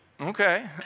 okay